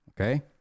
Okay